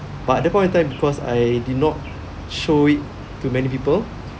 but at that point of time because I did not show it to many people